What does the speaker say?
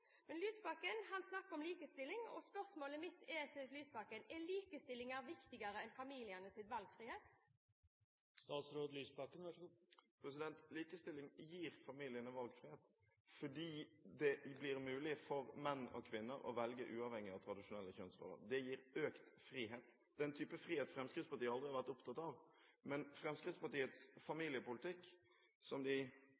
Men Lysbakken snakker om likestilling, og spørsmålet mitt til Lysbakken er: Er likestilling viktigere enn familienes valgfrihet? Likestilling gir familiene valgfrihet fordi det blir mulig for menn og kvinner å velge, uavhengig av tradisjonelle kjønnsroller. Det gir økt frihet, den type frihet Fremskrittspartiet aldri har vært opptatt av. Fremskrittspartiets